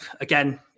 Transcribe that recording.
again